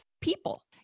people